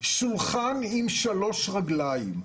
שולחן עם שלוש רגליים.